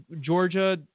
Georgia